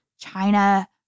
China